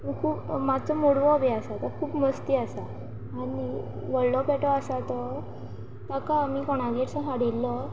खूब मातसो मोडवो बी आसा तो खूब मस्ती आसा आनी व्हडलो पेटो आसा तो ताका आमी कोणागेर सावन हाडिल्लो